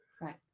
Right